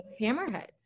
hammerheads